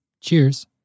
cheers